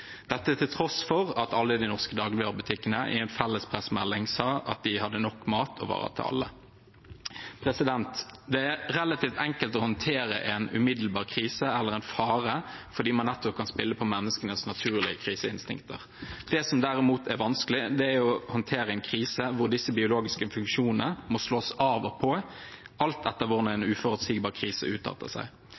dette til tross for at alle de norske dagligvarebutikkene i en felles pressemelding sa at de hadde nok mat og varer til alle. Det er relativt enkelt å håndtere en umiddelbar krise eller en fare, fordi man nettopp kan spille på menneskenes naturlige kriseinstinkter. Det som derimot er vanskelig, er å håndtere en krise hvor disse biologiske funksjonene må slås av og på alt etter hvordan en uforutsigbar krise